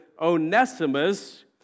Onesimus